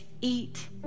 eat